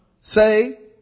say